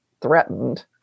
threatened